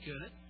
good